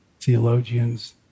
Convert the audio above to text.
theologians